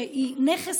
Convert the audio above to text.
שהיא נכס,